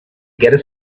get